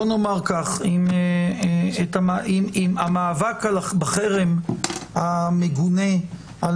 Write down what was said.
בוא נאמר כך: אם המאבק בחרם המגונה על